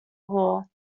hall